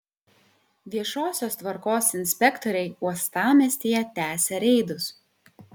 viešosios tvarkos inspektoriai uostamiestyje tęsia reidus